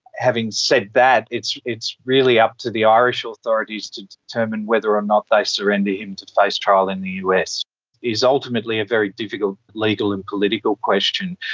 having said that, it's it's really up to the irish authorities to determine whether or not they surrender him to face trial in the us. it is ultimately a very difficult legal and political question.